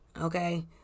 Okay